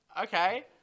okay